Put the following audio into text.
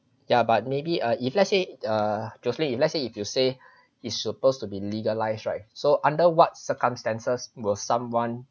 ya but maybe uh if let's say err jocelyn if let's say if you say it's supposed to be legalised right so under what circumstances will someone